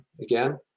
again